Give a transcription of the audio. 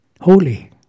Holy